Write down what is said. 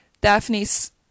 Daphne's